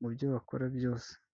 mu byo bakora byose.